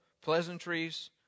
pleasantries